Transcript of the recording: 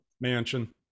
Mansion